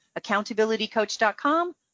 accountabilitycoach.com